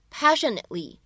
passionately